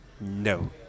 No